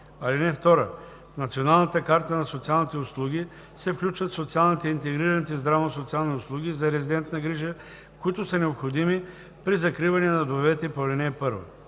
общините. (2) В Националната карта на социалните услуги се включват социалните и интегрираните здравно-социални услуги за резидентна грижа, които са необходими при закриване на домовете по ал. 1.